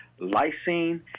lysine